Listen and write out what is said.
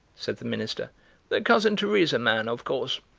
said the minister the cousin teresa man, of course.